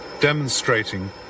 demonstrating